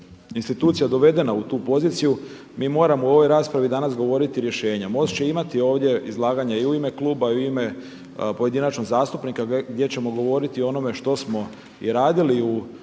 institucija dovedena u tu poziciju mi moramo u ovoj raspravi danas govoriti rješenja. MOST će imati ovdje izlaganje i u ime kluba i u ime pojedinačnog zastupnika gdje ćemo govoriti o onome što smo i radili u